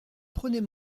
prenez